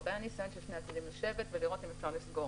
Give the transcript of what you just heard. צריך לעודד ניסיון של שני הצדדים לשבת ולראות אם אפשר לסגור.